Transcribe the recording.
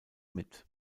mit